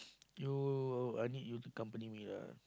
you I need you to accompany me lah